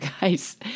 guys